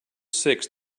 six